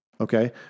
okay